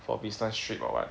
for business trip or what